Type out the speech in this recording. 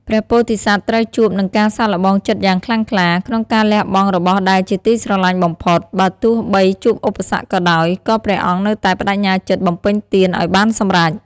ព្រះពោធិសត្វត្រូវជួបនឹងការសាកល្បងចិត្តយ៉ាងខ្លាំងក្លា ក្នុងការលះបង់របស់ដែលជាទីស្រឡាញ់បំផុត បើទោះបីជួបឧបសគ្គក៏ដោយ ក៏ព្រះអង្គនៅតែប្តេជ្ញាចិត្តបំពេញទានឱ្យបានសម្រេច។